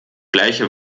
gleiche